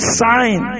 sign